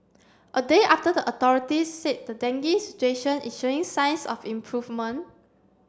a day after the authorities said the dengue situation is showing signs of improvement